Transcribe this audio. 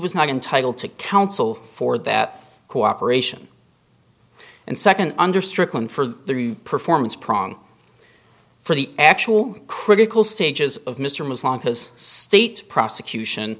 was not entitled to counsel for that cooperation and second under strickland for the performance prong for the actual critical stages of mr muslim because state prosecution